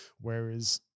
Whereas